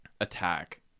attack